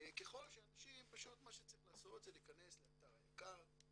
ככל שאנשים פשוט מה שצריך לעשות זה להיכנס לאתר היק"ר,